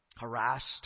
Harassed